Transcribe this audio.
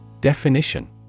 Definition